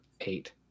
eight